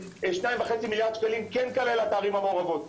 2.5 מיליארד שקלים כן כללה את הערים המעורבות,